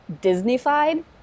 Disney-fied